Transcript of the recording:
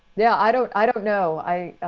yeah, i don't i don't know. i.